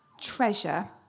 treasure